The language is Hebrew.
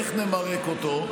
איך נמרק אותו?